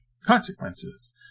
consequences